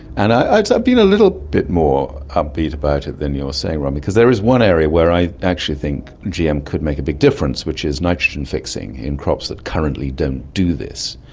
and i've been little bit more upbeat about it than you're saying, robyn, um because there is one area where i actually think gm could make a big difference, which is nitrogen fixing in crops that currently don't do this.